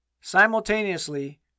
Simultaneously